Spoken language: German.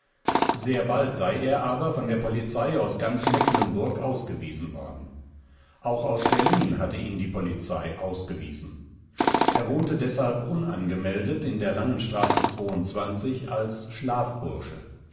sehr bald sei er aber von der polizei aus ganz mecklenburg ausgewiesen worden auch aus berlin hatte ihn die polizei ausgewiesen er wohnte deshalb unangemeldet in der langen straße als